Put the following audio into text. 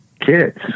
kids